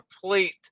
complete